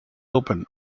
open